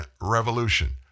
revolution